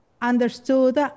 understood